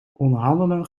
onderhandelen